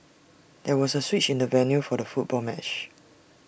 there was A switch in the venue for the football match